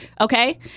okay